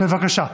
בבקשה.